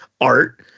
art